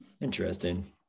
Interesting